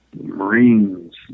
Marines